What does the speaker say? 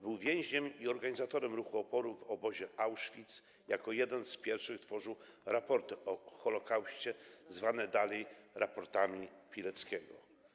Był więźniem i organizatorem ruchu oporu w obozie Auschwitz, jako jeden z pierwszych tworzył raporty o Holokauście, zwane dalej raportami Pileckiego.